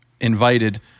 invited